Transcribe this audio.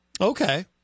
Okay